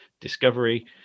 Discovery